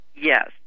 Yes